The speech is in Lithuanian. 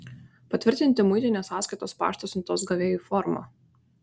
patvirtinti muitinės sąskaitos pašto siuntos gavėjui formą